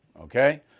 okay